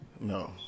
No